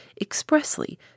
expressly